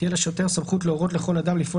תהיה לשוטר סמכות להורות לכל אדם לפעול